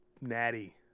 Natty